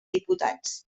diputats